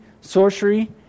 sorcery